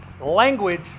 language